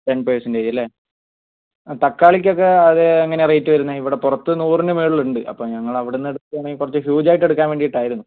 ten percentage അല്ലേ തക്കാളിക്കൊക്കെ അതെ എങ്ങനെയാണ് റേറ്റ് വരുന്നത് ഇവിടെ പുറത്ത് നൂറിന് മുകളിലുണ്ട് അപ്പോൾ ഞങ്ങൾ അവിടെ നിന്ന് എടുക്കുകയാണെങ്കിൽ കുറച്ച് ഹ്യൂജ് ആയിട്ട് എടുക്കാൻ വേണ്ടിയിട്ടായിരുന്നു